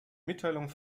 mitteilung